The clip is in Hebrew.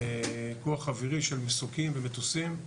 כוח אווירי של מסוקים ומטוסים,